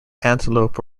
antelope